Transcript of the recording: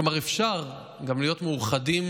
כלומר, אפשר גם להיות מאוחדים